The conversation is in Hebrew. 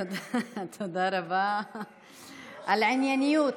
תודה רבה על הענייניות.